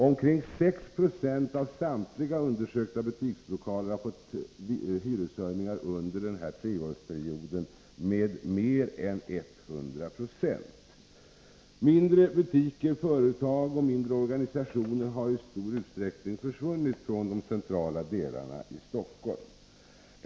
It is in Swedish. Omkring 6 70 av samtliga undersökta butikslokaler har under den här treårsperioden fått hyreshöjningar med mer än 100 70. Mindre butiker, företag och mindre organisationer har i stor utsträckning försvunnit från de centrala delarna av Stockholm.